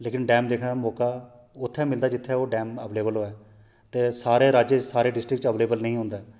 लेकिन डैम दिक्खने दा मौका उत्थै गै मिलदा ऐ जित्थै ओह् डैम अवलेबल होऐ ते सारे राज्य सारी डिस्ट्रिक्ट अवलेबल नेईं होंदा ऐ